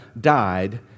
died